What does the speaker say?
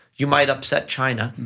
you might upset china,